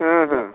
ᱦᱮᱸ ᱦᱮᱸ